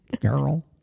Girl